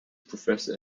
professor